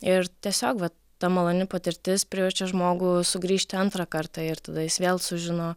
ir tiesiog va ta maloni patirtis priverčia žmogų sugrįžti antrą kartą ir tada jis vėl sužino